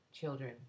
children